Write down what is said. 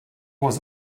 was